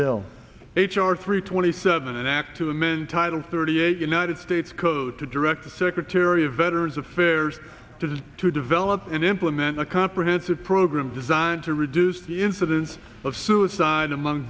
r three twenty seven and act to amend title thirty eight united states code to direct the secretary of veterans affairs to to develop and implement a comprehensive program designed to reduce the incidence of suicide among